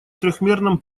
трёхмерном